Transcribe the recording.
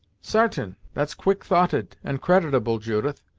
sartain that's quick-thoughted, and creditable, judith,